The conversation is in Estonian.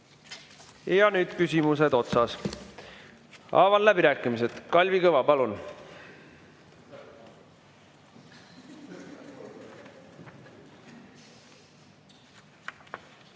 Ja nüüd on küsimused otsas. Avan läbirääkimised. Kalvi Kõva, palun!